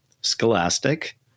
Scholastic